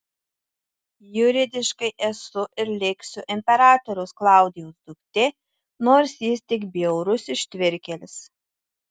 juridiškai esu ir liksiu imperatoriaus klaudijaus duktė nors jis tik bjaurus ištvirkėlis